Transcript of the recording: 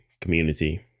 community